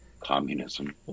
communism